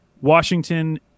Washington